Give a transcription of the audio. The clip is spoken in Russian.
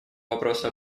вопросу